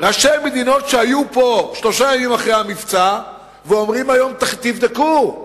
ראשי מדינות שהיו פה שלושה ימים אחרי המבצע ואומרים היום: תבדקו,